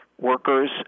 workers